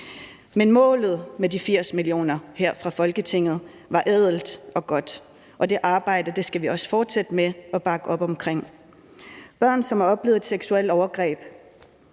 Men målet med de 80 mio. kr. var her fra Folketingets side ædelt og godt, og det arbejde skal vi også fortsætte med at bakke op omkring. Børn, som har oplevet et seksuelt overgreb,